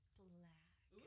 black